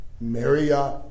Marriott